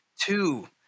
Two